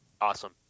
Awesome